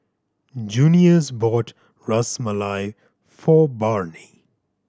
Junious bought Ras Malai for Barnie